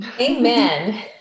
Amen